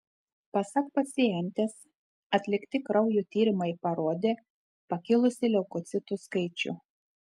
pasak pacientės atlikti kraujo tyrimai parodė pakilusį leukocitų skaičių